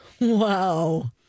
Wow